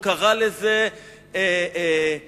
והוא קרא לזה העתקה,